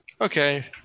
okay